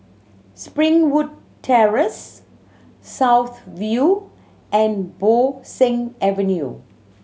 Springwood Terrace South View and Bo Seng Avenue